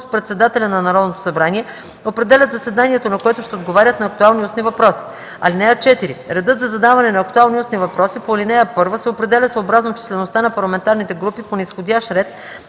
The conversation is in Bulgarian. председателя на Народното събрание, определят заседанието, на което ще отговарят на актуални устни въпроси. (4) Редът за задаване на актуални устни въпроси по ал. 1 се определя съобразно числеността на парламентарните групи по низходящ ред,